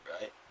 right